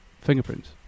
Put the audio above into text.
fingerprints